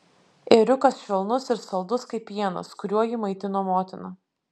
ėriukas švelnus ir saldus kaip pienas kuriuo jį maitino motina